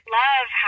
love